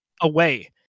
away